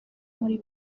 muri